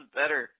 better